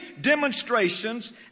demonstrations